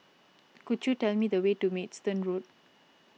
could you tell me the way to Maidstone Road